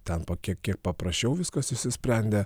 ten kiek kiek paprasčiau viskas išsisprendė